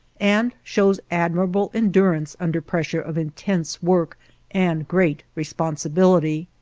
and shows admirable endurance under pressure of intense work and great responsibility.